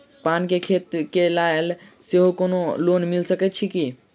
पान केँ खेती केँ लेल सेहो कोनो लोन मिल सकै छी की?